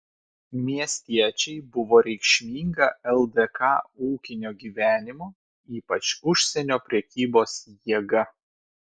miestiečiai buvo reikšminga ldk ūkinio gyvenimo ypač užsienio prekybos jėga